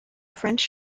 french